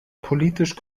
politisch